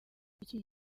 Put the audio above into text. iki